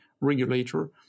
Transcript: regulator